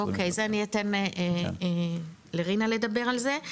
אוקיי, אז אני אתן לרינה לדבר על זה.